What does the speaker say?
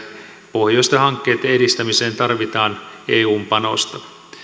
pohjoisten hankkeitten edistämiseen tarvitaan eun panosta